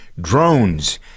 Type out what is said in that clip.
drones